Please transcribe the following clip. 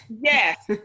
Yes